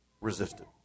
resisted